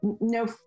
no